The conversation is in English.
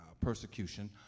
persecution